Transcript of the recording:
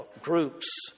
groups